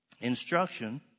instruction